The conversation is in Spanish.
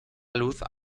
luz